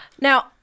Now